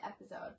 episode